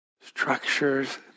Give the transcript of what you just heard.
structures